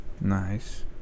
Nice